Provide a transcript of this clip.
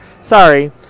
Sorry